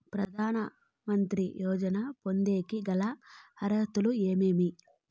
ప్రధాన మంత్రి యోజన పొందేకి గల అర్హతలు ఏమేమి?